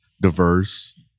diverse